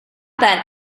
that